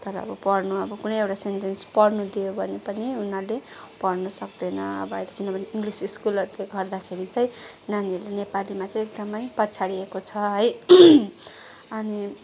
तर अब पढ्नु अब कुनै एउटा सेन्टेन्स पढ्नु दियो भने पनि उनीहरूले भन्नु सक्दैन अब अहिले किनभने इङ्गलिस स्कुलहरूले गर्दाखेरि चाहिं नानीहरूले नेपालीमा चाहिँ एकदमै पछाडिएको छ है अनि